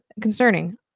concerning